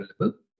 available